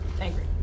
angry